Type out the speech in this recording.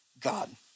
God